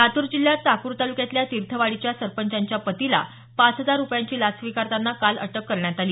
लातूर जिल्ह्यात चाकूर तालुक्यातल्या तिर्थवाडीच्या सरपंचांच्या पतीला पाच हजार रुपयांची लाच स्वीकारताना काल अटक करण्यात आली